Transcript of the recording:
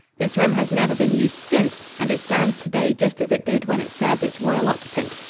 this room has never been used since and it stands today just as it did when it served its royal occupant,